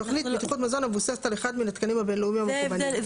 תוכנית בטיחות מזון המבוססת על אחד מהתקנים הבין לאומיים המקובלים.